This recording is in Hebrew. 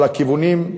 אבל הכיוונים,